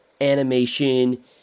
animation